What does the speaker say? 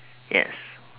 yes